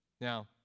Now